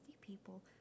people